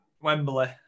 Wembley